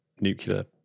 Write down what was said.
nuclear